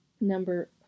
Number